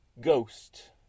Ghost